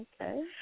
Okay